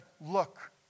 Look